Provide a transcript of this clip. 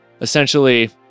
essentially